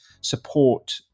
support